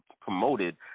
promoted